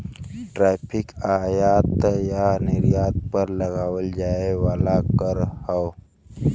tariff आयात या निर्यात पर लगावल जाये वाला कर हौ